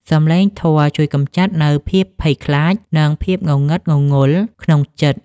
សំឡេងធម៌ជួយកម្ចាត់នូវភាពភ័យខ្លាច និងភាពងងឹតងងល់ក្នុងចិត្ត។